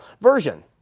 version